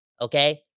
okay